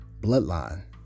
bloodline